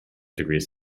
degrees